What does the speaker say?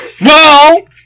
No